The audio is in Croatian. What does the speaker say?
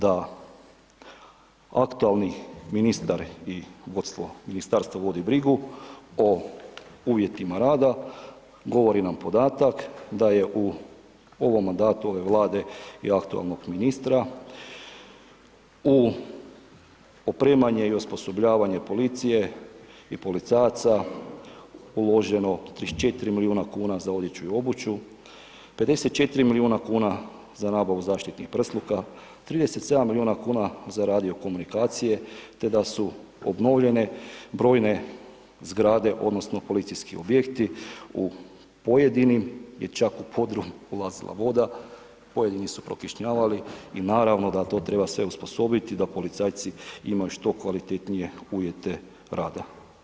Da aktualni ministar i vodstvo ministarstva vodi brigu o uvjetima rada govori nam podatak da je u ovom mandatu ove Vlade i aktualnog ministra u opremanje i osposobljavanje policije i policajaca uloženo 34 milijuna kuna za odjeću i obuću, 54 milijuna kuna za nabavu zaštitnih prsluka, 37 milijuna kuna za radio komunikacije, te da su obnovljene brojne zgrade odnosno policijski objekti u pojedinim gdje je čak u podrum ulazila voda, pojedini su prokišnjavali i naravno da to treba sve osposobiti da policajci imaju što kvalitetnije uvjete rada.